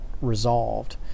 resolved